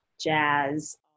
jazz